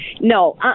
no